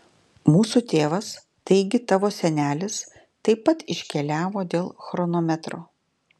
mūsų tėvas taigi tavo senelis taip pat iškeliavo dėl chronometro